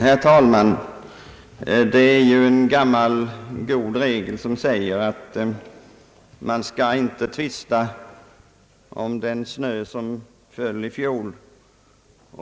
Herr talman! En gammal god regel säger att man inte skall tvista om den snö som föll i fjol.